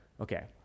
okay